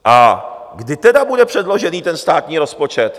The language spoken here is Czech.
A kdy tedy bude předložený státní rozpočet?